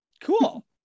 Cool